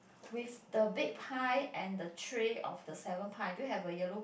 with the big pie and the tray of the seven pie do you have a yellow